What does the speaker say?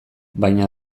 baina